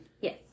Yes